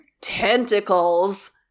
Tentacles